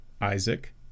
Isaac